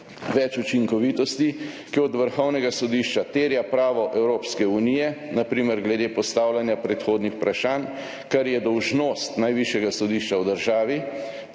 več učinkovitosti, ki jo od Vrhovnega sodišča terja pravo Evropske unije, na primer glede postavljanja predhodnih vprašanj, kar je dolžnost najvišjega sodišča v državi,